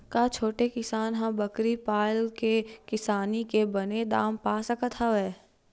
का छोटे किसान ह बकरी पाल के किसानी के बने दाम पा सकत हवय?